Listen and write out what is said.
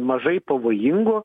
mažai pavojingu